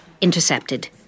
intercepted